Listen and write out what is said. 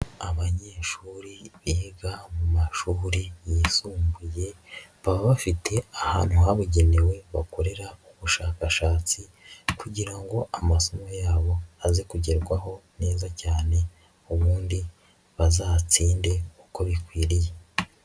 Abanyeshuri biga mu mashuri yisumbuye baba bafite ahantu habugenewe bakorera ubushakashatsi kugira ngo amasomo yabo aze kugerwaho neza cyane ubundi bazatinde uko bikwiriye.